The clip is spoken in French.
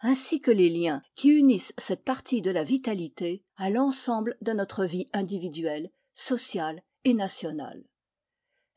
ainsi que les liens qui unissent cette partie de la vitahté à l'ensemble de notre vie individuelle sociale et nationale